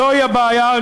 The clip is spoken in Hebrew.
זוהי הבעיה.